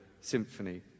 Symphony